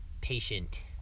patient